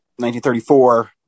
1934